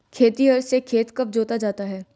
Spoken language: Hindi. खेतिहर से खेत कब जोता जाता है?